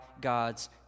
God's